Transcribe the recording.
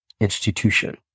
institution